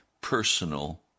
personal